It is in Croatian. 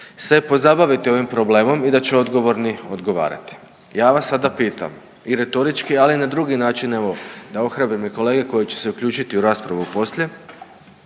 se pozabaviti ovim problemom i da će odgovorni odgovarati. Ja vas sada pitam i retorički, ali i na drugi način, evo da ohrabrim i kolege koji će se uključiti u raspravu poslije,